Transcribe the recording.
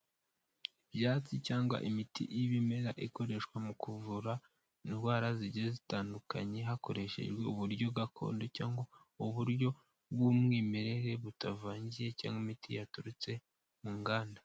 Ibyatsi cyangwa imiti y'ibimera ikoreshwa mu kuvura indwara zigiye zitandukanye, hakoreshejwe uburyo gakondo cyangwa uburyo bw'umwimerere butavangiye cyangwa imiti yaturutse mu nganda.